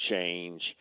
change